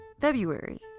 February